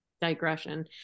digression